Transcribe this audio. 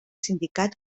sindicat